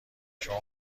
شما